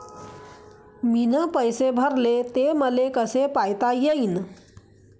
मीन पैसे भरले, ते मले कसे पायता येईन?